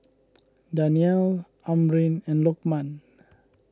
Danial Amrin and Lokman